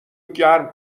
گرم